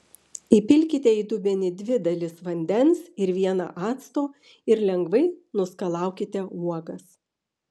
įpilkite į dubenį dvi dalis vandens ir vieną acto ir lengvai nuskalaukite uogas